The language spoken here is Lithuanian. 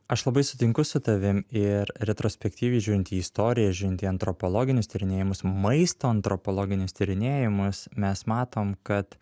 aš labai sutinku su tavim ir retrospektyviai žiūrint į istoriją žiūrint į antropologinius tyrinėjimus maisto antropologinius tyrinėjimus mes matom kad